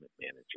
manager